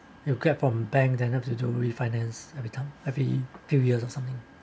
you get from bank then to to refinance every time every few years or something